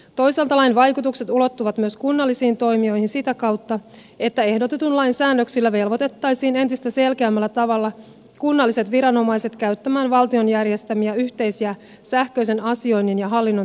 toisaalta lain vaikutukset ulottuvat myös kunnallisiin toimijoihin sitä kautta että ehdotetun lain säännöksillä velvoitettaisiin entistä selkeämmällä tavalla kunnalliset viranomaiset käyttämään valtion järjestämiä yhteisiä sähköisen asioinnin ja hallinnon tukipalveluja